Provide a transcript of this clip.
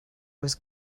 was